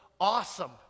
awesome